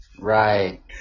right